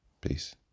peace